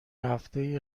هفته